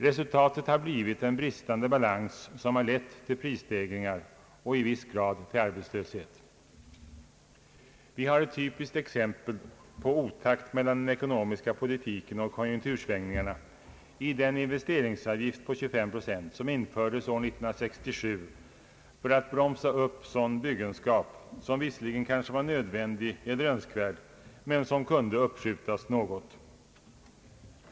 Resultatet har blivit en bristande balans som lett till prisstegringar och i viss grad till arbetslöshet. Vi har ett typiskt exempel på denna otakt mellan den ekonomiska politiken och konjunktursvängningarna i den investeringsavgift på 235 procent som infördes 1967 för att bromsa upp sådan byggenskap som visserligen kanske var nödvändig eller önskvärd men som kunde uppskjutas något.